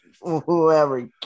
whoever